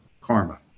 karma